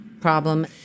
problem